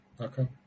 Okay